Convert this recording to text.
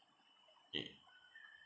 K